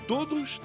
Todos